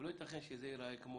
אבל לא ייתכן שזה ייראה כמו